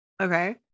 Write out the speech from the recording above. Okay